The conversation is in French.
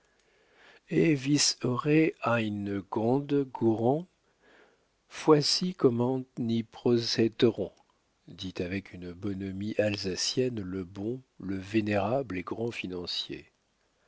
eine gomde gourand foici gommend nîs brocèterons dit avec une bonhomie alsacienne le bon le vénérable et grand financier